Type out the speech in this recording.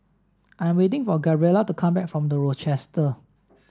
I'm waiting for Gabriela to come back from The Rochester